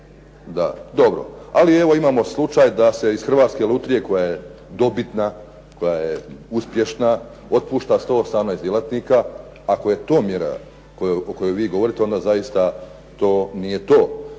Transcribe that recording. Dobro. Ali evo imamo slučaj da se iz Hrvatske lutrije koja je dobitna, koja je uspješna, otpušta 118 djelatnika. Ako je to mjera o kojoj vi govorite onda zaista to nije to.